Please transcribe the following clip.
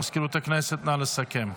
מזכירות הכנסת, נא לסכם.